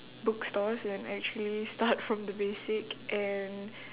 bookstores and actually start from the basic and